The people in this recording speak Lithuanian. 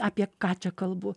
apie ką čia kalbu